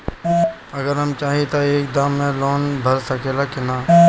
अगर हम चाहि त एक दा मे लोन भरा सकले की ना?